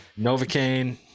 Novocaine